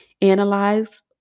analyze